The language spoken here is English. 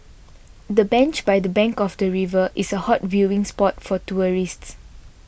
the bench by the bank of the river is a hot viewing spot for tourists